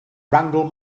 wrangle